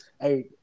Hey